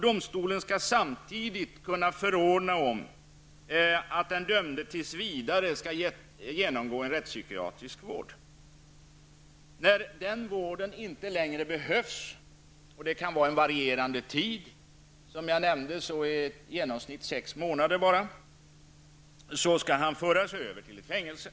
Domstolen skall samtidigt kunna förordna om att den dömde tills vidare skall genomgå rättspsykiatrisk vård. När den vården inte längre behövs -- tiden kan variera, men i genomsnitt sex månader -- skall den dömde föras över till fängelse.